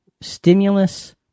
Stimulus